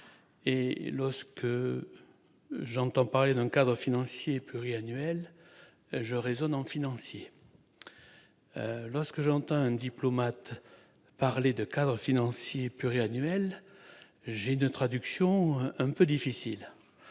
et, quand j'entends parler d'un cadre financier pluriannuel, je raisonne en financier. Lorsque j'entends un diplomate parler de cadre financier pluriannuel, j'ai une traduction un peu difficile.